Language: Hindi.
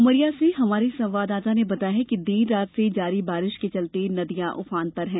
उमरिया से हमारे संवाददाता ने बताया है कि देर रात से जारी बारिश के चलते नदियां उफान पर हैं